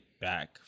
back